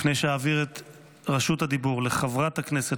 לפני שאעביר את רשות הדיבור לחברת הכנסת